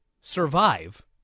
survive